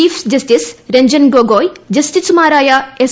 chief justice Ranjan Gogoi ജസ്റ്റിസുമാരായ S